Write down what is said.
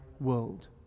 world